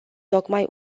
tocmai